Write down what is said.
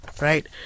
right